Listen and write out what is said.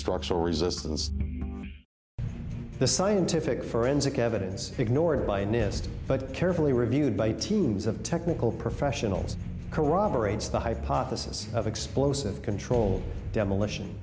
structural resistance the scientific forensic evidence ignored by nist but carefully reviewed by teams of technical professionals corroborates the hypothesis of explosive controlled demolition